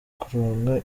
kuronka